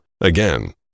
Again